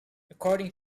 according